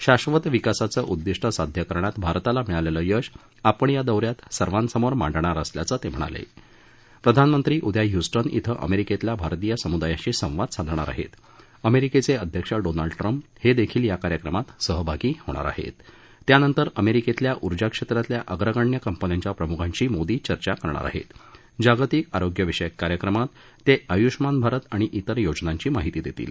शाश्वत विकासाचं उद्दिष्ट साध्य करण्यात भारताला मिळालेष्टीयश आपण या दौ यात सर्वांसमोर मांडणार असल्याचं तम्हिणाल पिधानमंत्री उद्या ह्युस्टन इथं अमरिकेतिल्या भारतीय समुदायाशी संवाद साधणार आहती अमरिक्तित्विध्यक्ष डोनाल्ड ट्रम्प दखील या कार्यक्रमात सहभागी होणार आहती त्यानंतर अमरिक्तित्विया उर्जा क्षम्रतिल्या अग्रगण्य कंपन्यांच्या प्रमुखांशी मोदी चर्चा करणार आहृत्त तसंच जागतिक आरोग्य विषयक कार्यक्रमात ताआयुष्मान भारत आणि इतर योजनांची माहिती दर्षील